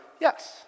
yes